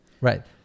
Right